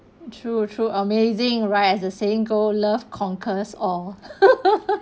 true true amazing right as the saying go love conquers all